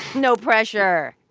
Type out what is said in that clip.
no pressure.